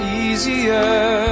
easier